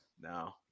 no